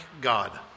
God